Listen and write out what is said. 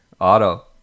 auto